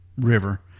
River